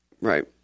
Right